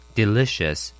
delicious